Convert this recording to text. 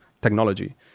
technology